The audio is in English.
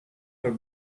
for